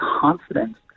confidence